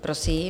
Prosím.